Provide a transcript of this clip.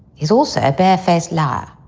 he's also a bare faced lie,